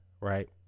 right